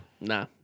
Nah